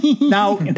Now